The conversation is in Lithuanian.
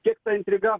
kiek ta intriga